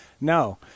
No